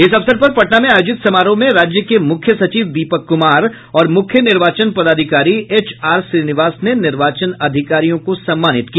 इस अवसर पर पटना में आयोजित समारोह में राज्य के मुख्य सचिव दीपक कुमार और मुख्य निर्वाचन पदाधिकारी एच आर श्रीनिवास ने निर्वाचन अधिकारियों को सम्मानित किया